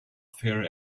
fare